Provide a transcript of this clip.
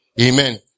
Amen